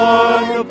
one